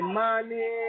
money